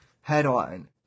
Headline